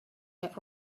that